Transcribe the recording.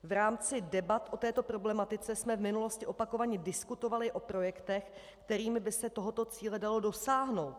V rámci debat o této problematice jsme v minulosti opakovaně diskutovali o projektech, kterými by se tohoto cíle dalo dosáhnout.